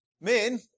Men